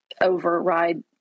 override